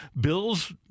Bills